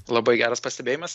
labai geras pastebėjimas